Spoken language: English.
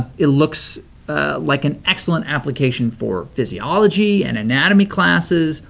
it looks like an excellent application for physiology and anatomy classes,